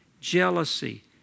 jealousy